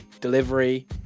delivery